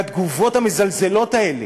והתגובות המזלזלות האלה,